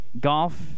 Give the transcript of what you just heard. golf